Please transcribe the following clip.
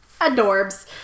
Adorbs